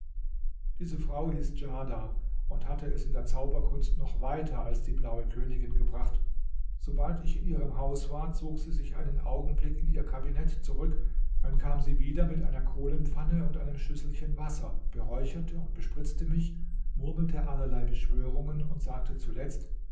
diese frau hieß djarda und hatte es in der zauberkunst noch weiter als die blaue königin gebracht sobald ich in ihrem haus war zog sie sich einen augenblick in ihr kabinett zurück dann kam sie wieder mit einer kohlenpfanne und einem schüsselchen wasser beräucherte und bespritzte mich murmelte allerlei beschwörungen und sagte zuletzt